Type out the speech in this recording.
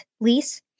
lease